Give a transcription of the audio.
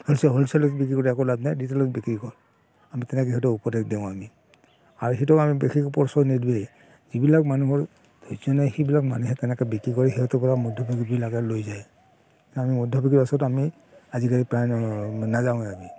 wholesale হ'লছেলত বিক্ৰী কৰি একো লাভ নাই ৰিটেইলাৰত বিক্ৰী কৰ আমি তেনেকৈ সিহঁতক উপদেশ দিওঁ আমি আৰু সেইটোক আমি বিশেষ প্ৰশ্ৰয় নিদিওঁৱে যিবিলাক মানুহৰ ধৈৰ্য নাই সিবিলাক মানুহে তেনেকৈ বিক্ৰী কৰে সিহঁতৰ পৰা মধ্যভোগীবিলাকে লৈ যায় আমি মধ্যভোগীৰ ওচৰত আমি আজিকালি প্ৰায় নাযাওঁ আমি